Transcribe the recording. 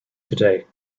today